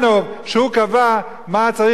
שהוא קבע מה צריך ללמוד,